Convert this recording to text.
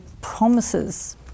promises